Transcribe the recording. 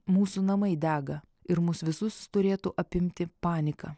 mūsų namai dega ir mus visus turėtų apimti panika